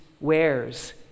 wears